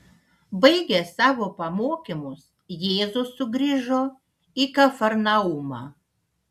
baigęs savo pamokymus jėzus sugrįžo į kafarnaumą